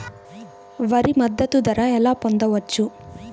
వరి మద్దతు ధర ఎలా పొందవచ్చు?